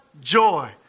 joy